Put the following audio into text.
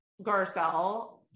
Garcelle